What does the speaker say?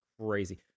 crazy